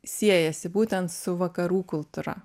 siejasi būtent su vakarų kultūra